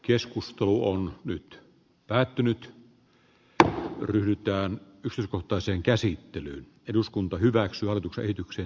keskustelu on nyt päätynyt tähän ryhdytään pysyi kohtaiseen käsittelyyn eduskunta hyväksyi selvityksen